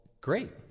great